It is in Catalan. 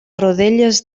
rodelles